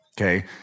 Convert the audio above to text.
Okay